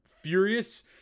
furious